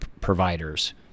providers